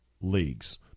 leagues